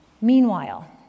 Meanwhile